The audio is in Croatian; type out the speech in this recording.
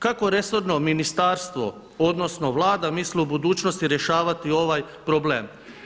Kako resorno ministarstvo, odnosno Vlada misle u budućnosti rješavati ovaj problem?